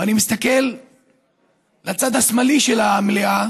ואני מסתכל לצד השמאלי של המליאה